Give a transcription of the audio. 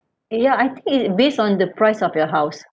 ya I think is based on the price of your house